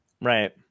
Right